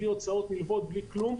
בלי הוצאות נלוות ובלי כלום.